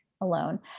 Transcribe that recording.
alone